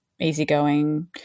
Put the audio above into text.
easygoing